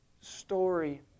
story